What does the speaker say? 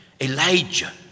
Elijah